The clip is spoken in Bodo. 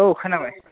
औ खोनाबाय